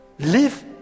Live